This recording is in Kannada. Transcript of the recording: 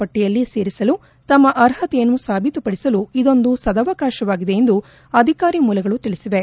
ಪಟ್ಟಿಯಲ್ಲಿ ಸೇರಿಸಲು ತಮ್ನ ಅರ್ಹತೆಯನ್ನು ಸಾಬೀತುಪಡಿಸಲು ಇದೊಂದು ಸದವವಕಾಶವಾಗಿದೆ ಎಂದು ಅಧಿಕಾರಿ ಮೂಲಗಳು ತಿಳಿಸಿವೆ